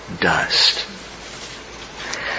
dust